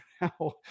now